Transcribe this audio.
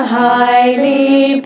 highly